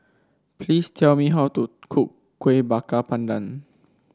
please tell me how to cook Kueh Bakar Pandan